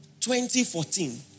2014